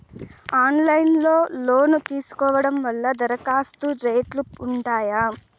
Online లో లోను తీసుకోవడం వల్ల దరఖాస్తు రేట్లు ఉంటాయా?